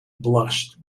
blushed